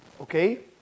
okay